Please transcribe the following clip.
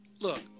Look